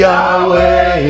Yahweh